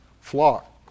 flock